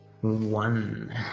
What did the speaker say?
One